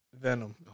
Venom